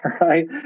right